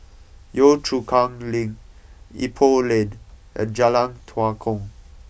Yio Chu Kang Link Ipoh Lane and Jalan Tua Kong